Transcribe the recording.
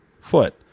foot